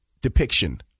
depiction